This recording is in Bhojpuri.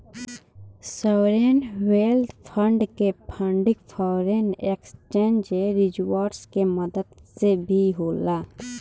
सॉवरेन वेल्थ फंड के फंडिंग फॉरेन एक्सचेंज रिजर्व्स के मदद से भी होला